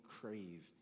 crave